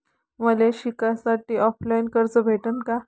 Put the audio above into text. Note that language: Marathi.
मले शिकासाठी ऑफलाईन कर्ज भेटन का?